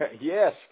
Yes